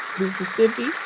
Mississippi